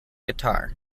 guitar